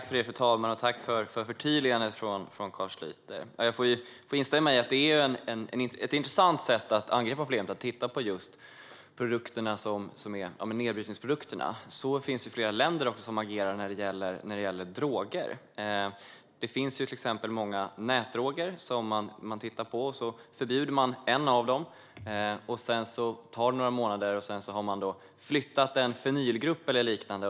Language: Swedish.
Fru talman! Tack för förtydligandet, Carl Schlyter! Jag instämmer i att det är ett intressant sätt att angripa problemet att titta på nedbrytningsprodukterna. Så agerar flera länder när det gäller droger. Till exempel finns det många nätdroger som man tittar på. När man har förbjudit en av dem tar det några månader, och så flyttas en fenylgrupp eller liknande.